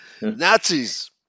Nazis